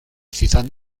titán